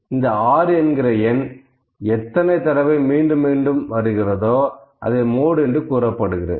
அந்த 6 என்கிற எண் எத்தனை தடவை மீண்டும் வருகிறதோ அதை மோடு என்று கூறப்படுகிறது